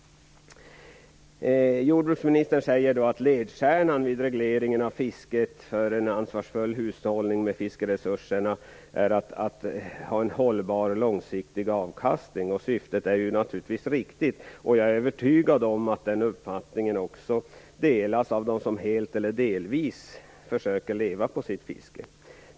Jordbruksministern säger att ledstjärnan vid regleringen av fisket för en ansvarsfull hushållning med fiskeresurserna är att ha en långsiktigt hållbar avkastning. Det syftet är naturligtvis riktigt. Jag är övertygad om att den uppfattningen också delas av dem som helt eller delvis försöker leva på sitt fiske.